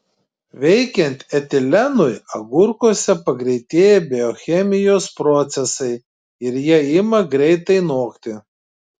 veikiant etilenui agurkuose pagreitėja biochemijos procesai ir jie ima greitai nokti